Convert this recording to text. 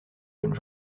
bonnes